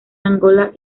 angola